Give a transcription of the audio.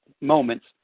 moments